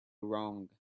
wrong